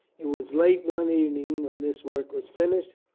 it was late one evening when this work was finished,